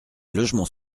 logements